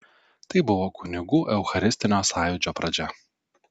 tai buvo kunigų eucharistinio sąjūdžio pradžia